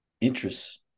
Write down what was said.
interests